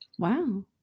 Wow